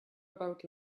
about